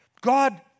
God